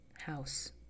house